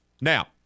Now